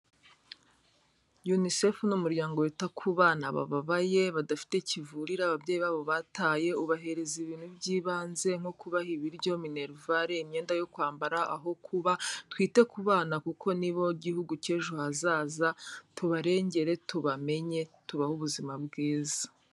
UNICEF n'umuryango wita ku bana bababaye badafite kivurira ababyeyi babo bataye ubahereza ibintu by'ibanze nko kubaha ibiryo, minerval, imyenda yo kwambara, aho kuba, twite ku bana kuko nibo gihugu cy'ejo hazaza tubarengere tubamenye tubahe ubuzima bwiza.